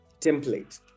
template